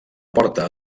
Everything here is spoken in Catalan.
porta